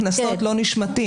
קנסות לא נשמטים.